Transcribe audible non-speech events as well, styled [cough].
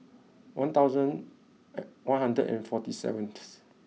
one thousand [hesitation] one hundred and forty seventh